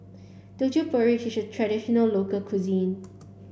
Teochew porridge is a traditional local cuisine